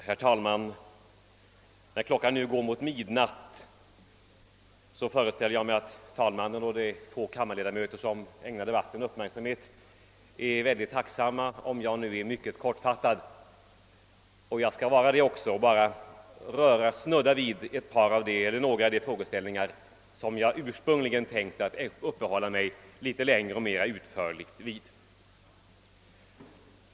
Herr talman! När klockan nu går mot midnatt föreställer jag mig att talmannen och de få kammarledamöter som ägnar debatten någon uppmärksamhet är tacksamma om jag fattar mig kort. Jag skall också göra det och bara snudda vid några av de frågeställningar som jag ursprungligen hade tänkt att uppehålla mig mer utförligt vid.